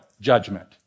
judgment